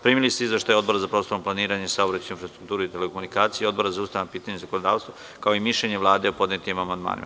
Primili ste izveštaje Odbora za prostorno planiranje, saobraćaj, infrastrukturu i telekomunikacije i Odbora za ustavna pitanja i zakonodavstvo, kao i mišljenje Vlade o podnetim amandmanima.